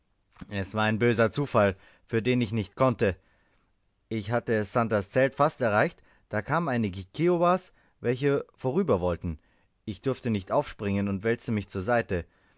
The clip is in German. es war ein böser zufall für den ich nicht konnte ich hatte santers zelt fast erreicht da kamen einige kiowas welche vorüber wollten ich durfte nicht aufspringen und wälzte mich zur seite